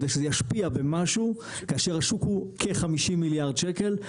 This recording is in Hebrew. כדי שזה ישפיע במשהו כאשר השוק הוא כ- 50 מיליארד שקל,